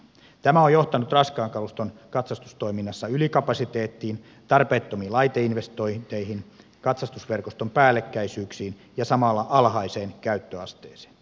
tämä on johtanut raskaan kaluston katsastustoiminnassa ylikapasiteettiin tarpeettomiin laiteinvestointeihin katsastusverkoston päällekkäisyyksiin ja samalla alhaiseen käyttöasteeseen